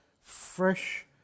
fresh